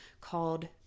called